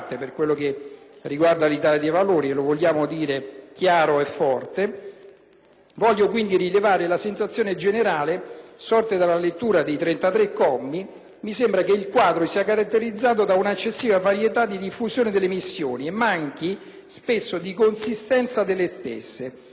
Voglio quindi rilevare la sensazione generale sorta dalla lettura dei 33 commi: mi sembra che il quadro sia caratterizzato da un'eccessiva varietà e diffusione delle missioni, e manchi spesso di consistenza delle stesse. Si legge, ad esempio che nella missione ad Haiti, la MINUSTAH,